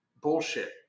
bullshit